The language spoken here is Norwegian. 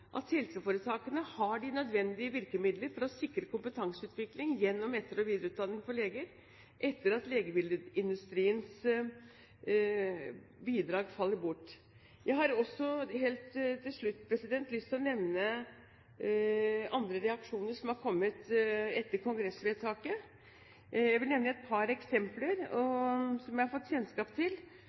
at helseforetakene har de nødvendige virkemidler for å sikre kompetanseutvikling gjennom etter- og videreutdanning for leger etter at legemiddelindustriens bidrag faller bort. Helt til slutt har jeg også lyst til å nevne andre reaksjoner som er kommet etter kongressvedtaket. Jeg vil nevne et par eksempler som jeg har fått kjennskap til. Det er bl.a. at en kreftlege nå har blitt nødt til